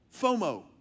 FOMO